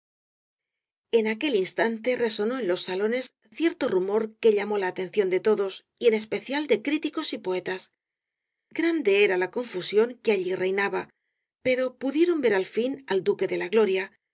en aquel instante resonó en los salones cierto sordo rumor que llamó la atención de todos y en especial de críticos y poetas grande era la confusión que allí reinaba pero pudieron ver al fin al duque de la gloria